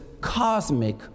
cosmic